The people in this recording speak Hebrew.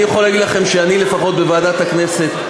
אני יכול להגיד לכם שאני לפחות, בוועדת הכנסת,